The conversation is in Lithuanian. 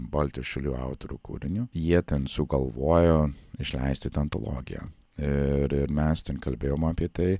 baltijos šalių autorių kūrinių jie ten sugalvojo išleisti tą antologiją ir ir mes ten kalbėjom apie tai